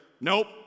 Nope